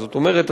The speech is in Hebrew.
זאת אומרת,